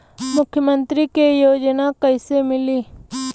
मुख्यमंत्री के योजना कइसे मिली?